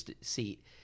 seat